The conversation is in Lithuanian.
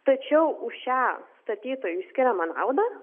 tačiau už šią statytojui skiriamą naudą